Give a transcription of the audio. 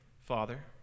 Father